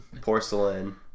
porcelain